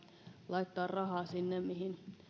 laittaa rahaa sinne mihin